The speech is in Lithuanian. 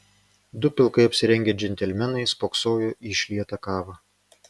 du pilkai apsirengę džentelmenai spoksojo į išlietą kavą